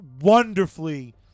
wonderfully